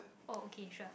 oh okay sure